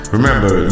Remember